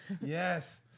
yes